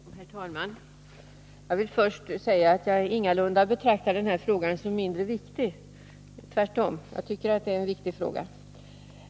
Herr talman! Jag vill först säga att jag ingalunda betraktar denna fråga som mindre viktig. Tvärtom — jag tycker att det är en viktig fråga.